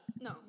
No